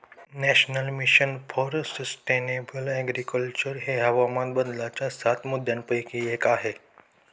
national mission for sustainable agriculture हे हवामान बदलाच्या सात मुद्यांपैकी एक आहे